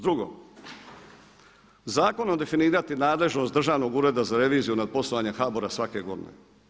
Drugo, zakonom definirati nadležnost Državnog ureda za reviziju nad poslovanjem HBOR-a svake godine.